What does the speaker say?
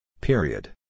Period